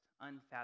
unfathomable